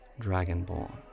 dragonborn